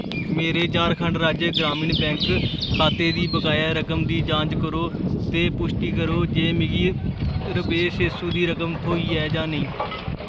मेरे झारखंड राज्य ग्रामीण बैंक खाते दी बकाया रकम दी जांच करो ते पुश्टी करो जे मिगी रपेऽ छे सौ दी रकम थ्होई ऐ जां नेईं